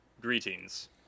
Greetings